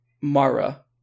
Mara